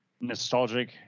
nostalgic